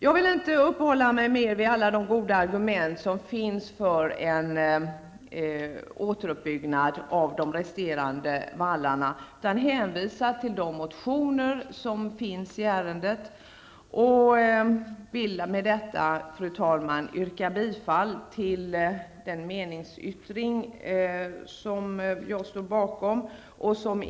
Jag vill inte uppehålla mig mer vid alla de goda argument som finns för en återuppbyggnad av de resterande vallarna utan hänvisar till de motioner som är väckta i ärendet och vill med detta, fru talman, yrka bifall till den meningsyttring som jag står bakom.